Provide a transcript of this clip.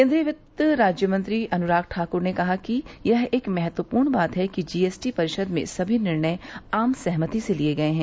केन्द्रीय वित्त राज्यमंत्री अनुराग ठाकूर ने कहा है कि यह एक महत्वपूर्ण बात है कि जी एस टी परिषद् में सभी निर्णय आम सहमति से लिए गए हैं